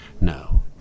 No